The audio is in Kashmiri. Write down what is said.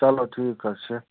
چلو ٹھیٖک حظ چھِ